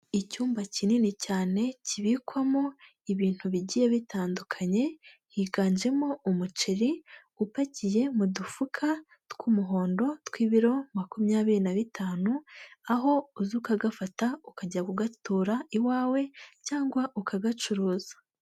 Icyumba kinini cyane kibikwamo ibintu bigiye bitandukanye, higanjemo umuceri upakiye mu dufuka tw'umuhondo tw'ibiro makumyabiri na bitanu, aho uza ukagafata ukajya kugatura iwawe cyangwa ukagacuruza.